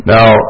Now